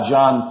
John